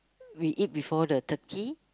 we eat before the turkey